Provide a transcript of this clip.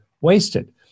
wasted